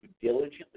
diligently